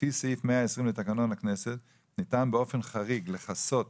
לפי סעיף 120 לתקנון הכנסת, ניתן באופן חריג לכסות